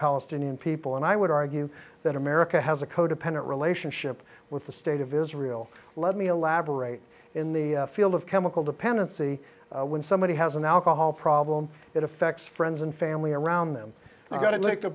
palestinian people and i would argue that america has a codependent relationship with the state of israel let me elaborate in the field of chemical dependency when somebody has an alcohol problem it affects friends and family around them got it li